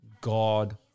God